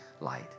light